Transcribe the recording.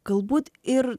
galbūt ir